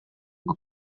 bwo